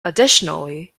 additionally